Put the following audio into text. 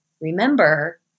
remember